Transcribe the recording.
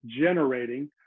generating